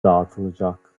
dağıtılacak